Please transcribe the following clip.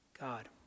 God